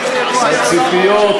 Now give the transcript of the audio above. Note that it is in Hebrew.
הציפיות,